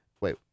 wait